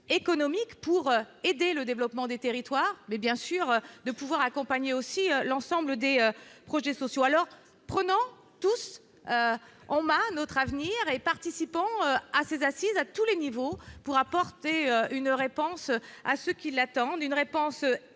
économique pour aider le développement des territoires, mais bien sûr de pouvoir accompagner aussi l'ensemble des projets sociaux alors prenons tous on à notre avenir et participants à ces assises à tous les niveaux pour apporter une réponse à ceux qui l'attendent une réponse efficace